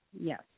Yes